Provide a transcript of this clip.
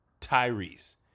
Tyrese